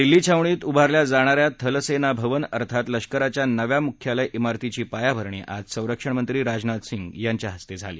दिल्ली छावणीत उभारल्या जाणा या थल सेना भवन अर्थात लष्कराच्या नव्या मुख्यालय इमारतीची पायाभरणी आज संरक्षणमंत्री राजनाथ सिंग यांच्या हस्ते झाली